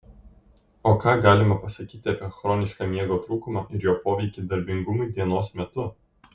o ką galima pasakyti apie chronišką miego trūkumą ir jo poveikį darbingumui dienos metu